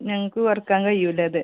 ഞങ്ങൾക്ക് കുറക്കാൻ കയ്യൂല്ലത്